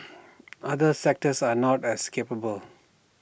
other sectors are not as capable